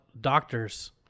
Doctors